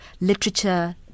literature